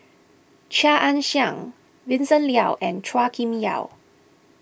Chia Ann Siang Vincent Leow and Chua Kim Yeow